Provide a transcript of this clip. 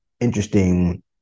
interesting